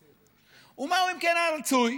ומהו, אם כן, הרצוי?